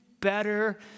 better